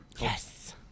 Yes